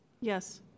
Yes